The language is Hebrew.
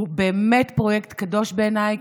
הוא באמת פרויקט קדוש בעיניי,